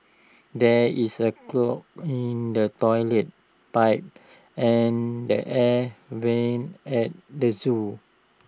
there is A clog in the Toilet Pipe and the air Vents at the Zoo